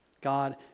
God